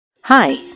Hi